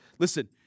Listen